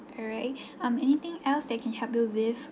alright um anything else that I can help you with